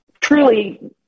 truly